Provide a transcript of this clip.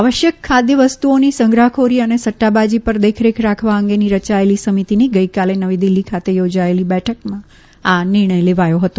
આવશ્યક ખાદ્ય વસ્તુઓની સંગ્રહખોરી અને સદાબાજી પર દેખરેખ રાખવા અંગેની રયાયેલીસમિતિની ગઈકાલે નવી દિલ્ફી ખાતે યોજાયેલી બેઠકમાં આ નિર્ણય લેવાયો હતો